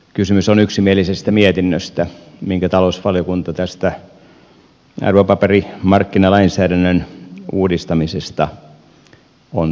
kysymys on yksimielisestä mietinnöstä minkä talousvaliokunta tästä arvopaperimarkkinalainsäädännön uudistamisesta on tehnyt